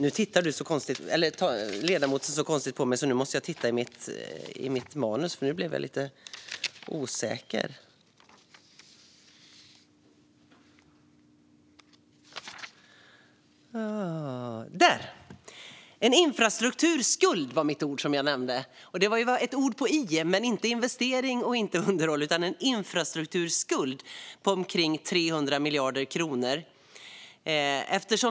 Nu tittar ledamoten så konstigt på mig. Jag måste titta i mitt manus. Jag blev lite osäker. Det ord jag nämnde var infrastrukturskuld. Det var ett ord på i, men inte investering och underhåll utan infrastrukturskuld på omkring 300 miljarder kronor.